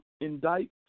indict